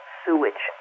sewage